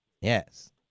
Yes